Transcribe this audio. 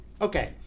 Okay